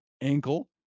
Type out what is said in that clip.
ankle